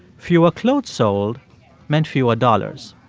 fewer clothes sold meant fewer dollars.